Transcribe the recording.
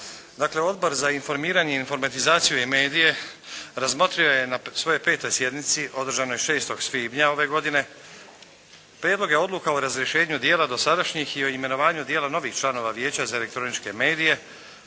Dakle, Odbor za informiranje, informatizaciju i medije, razmotrio je na svojoj petoj sjednici održanoj 6 svibnja ove godine prijedloge odluka o razrješenju dijela dosadašnjih i o imenovanju dijela novih članova Vijeća za elektroničke medije